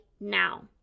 now